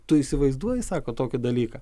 tu įsivaizduoji sako tokį dalyką